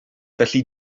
felly